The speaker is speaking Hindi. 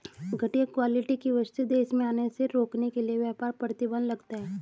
घटिया क्वालिटी की वस्तुएं देश में आने से रोकने के लिए व्यापार प्रतिबंध लगता है